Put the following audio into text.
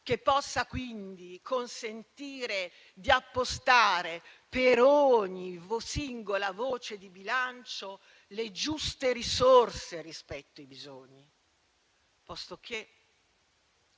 che possa, quindi, consentire di appostare, per ogni singola voce di bilancio, le giuste risorse rispetto ai bisogni.